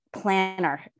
planner